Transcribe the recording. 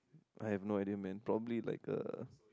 I have no idea man probably like a